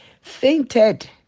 fainted